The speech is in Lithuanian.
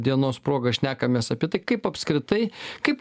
dienos proga šnekamės apie tai kaip apskritai kaip